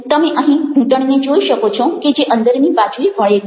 તમે અહીં ઘૂંટણને જોઈ શકો છો કે જે અંદરની બાજુએ વળેલ છે